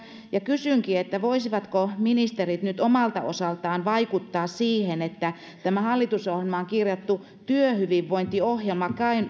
kysynkin voisivatko ministerit nyt omalta osaltaan vaikuttaa siihen että tämä hallitusohjelmaan kirjattu työhyvinvointiohjelma